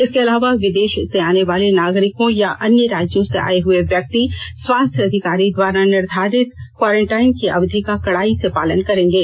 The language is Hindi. इसके अलावा विदेश से आनेवाले नागरिकों या अन्य राज्यों से आए हुए व्यक्ति स्वास्थ्य अधिकारी द्वारा निर्धारित क्वारेंटाइन की अवधि का कड़ाई से पालन करेंगे